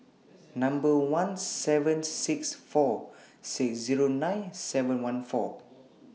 one seven six four six Zero nine seven one four